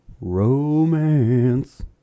Romance